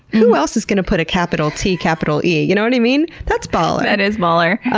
who else is gonna put a capital t, capital e? you know what i mean? that's baller. that is baller.